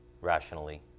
rationally